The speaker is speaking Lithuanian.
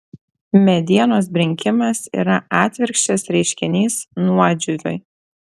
medienos brinkimas yra atvirkščias reiškinys nuodžiūviui